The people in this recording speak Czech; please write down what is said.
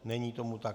Není tomu tak.